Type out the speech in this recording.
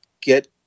get